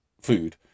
food